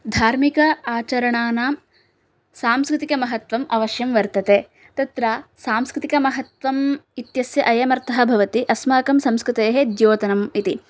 धार्मिक आचरणानां सांस्कृतिकमहत्वम् अवश्यं वर्तते तत्र सांस्कृतिकमहत्वम् इत्यस्य अयमर्थः भवति अस्माकं संस्कृतेः द्योतनम् इति